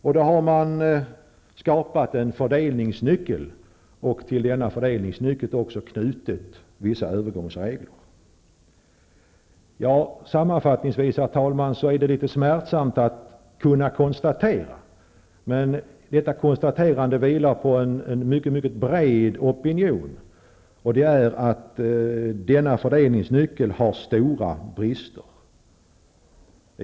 Därför har man skapat en fördelningsnyckel och till denna knutit vissa övergångsregler. Herr talman! Sammanfattningsvis är det litet smärtsamt att kunna konstatera -- och detta konstaterande vilar på en mycket bred opinion -- att denna fördelningsnyckel har stora brister.